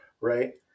right